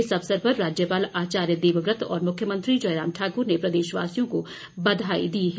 इस अवसर पर राज्यपाल आचार्य देवव्रत और मुख्यमंत्री जयराम ठाकुर ने प्रदेशवासियों को बधाई दी है